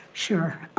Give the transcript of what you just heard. sure.